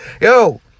yo